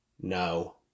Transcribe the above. no